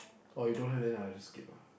oh you don't have then ah I'll just skip ah